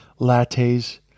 lattes